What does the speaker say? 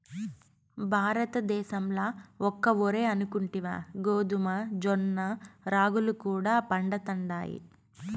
భారతద్దేశంల ఒక్క ఒరే అనుకుంటివా గోధుమ, జొన్న, రాగులు కూడా పండతండాయి